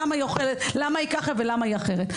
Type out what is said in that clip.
למה היא ככה, ולמה היא אחרת.